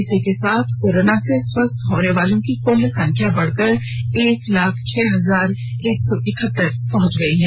इसी के साथ कोरोना से स्वस्थ होनेवालों की कुल संख्या बढ़कर एक लाख छह हजार एक सौ इकहतर पहंच गई है